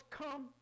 come